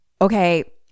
okay